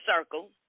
circle